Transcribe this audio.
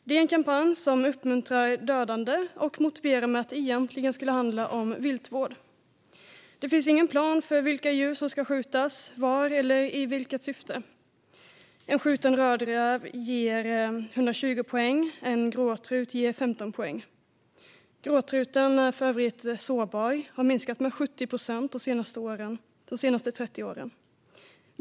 Det är en kampanj som uppmuntrar dödande och motiverar det med att det egentligen skulle handla om viltvård. Det finns ingen plan för vilka djur som ska skjutas var eller i vilket syfte. En skjuten rödräv ger 120 poäng, en gråtrut 15 poäng. Gråtruten är för övrigt sårbar och har minskat med 70 procent de senaste 30 åren.